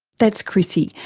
that's chrissie,